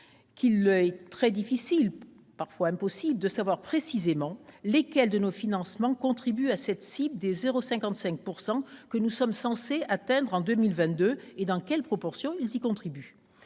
est très difficile, parfois impossible, de savoir précisément lesquels de nos financements contribuent à cette cible des 0,55 % que nous sommes censés atteindre en 2022, et dans quelle proportion. Des évolutions